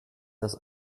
das